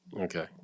Okay